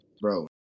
bro